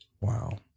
Wow